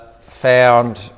found